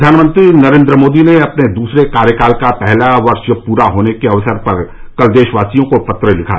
प्रधानमंत्री नरेन्द्र मोदी ने अपने दूसरे कार्यकाल का पहला वर्ष प्रा होने के अवसर पर कल देशवासियों को पत्र लिखा